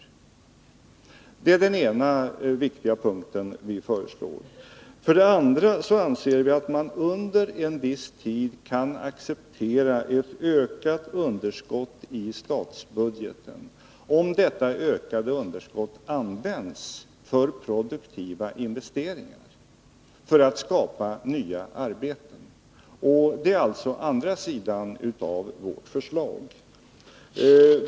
Detta är den ena viktiga punkten som vi föreslår. Vi anser också att man under en viss tid kan acceptera ett ökat underskott i statsbudgeten, om detta ökade underskott används för produktiva investeringar, för att skapa nya arbeten. Det är alltså den andra sidan av vårt förslag.